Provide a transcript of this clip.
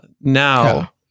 now